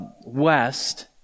west